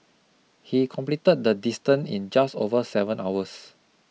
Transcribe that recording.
he completed the distance in just over seven hours